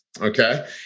okay